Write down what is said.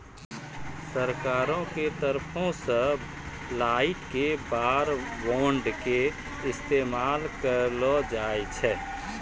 सरकारो के तरफो से लड़ाई मे वार बांड के इस्तेमाल करलो जाय छै